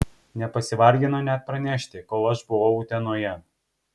nepasivargino net pranešti kol aš buvau utenoje